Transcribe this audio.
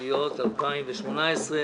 התשע"ט-2018.